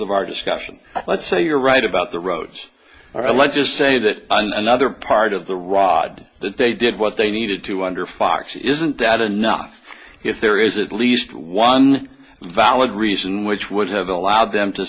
of our discussion let's say you're right about the roads are let's just say that another part of the rod that they did what they needed to under fucks isn't that enough if there is at least one valid reason which would have allowed them to